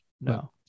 No